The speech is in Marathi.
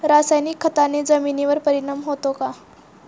रासायनिक खताने जमिनीवर परिणाम होतो का?